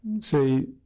say